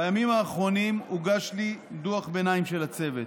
בימים האחרונים הוגש לי דוח ביניים של הצוות.